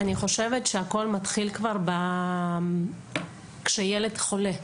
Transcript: אני חושבת שהכול מתחיל כבר כשילד חולה,